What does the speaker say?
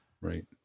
Right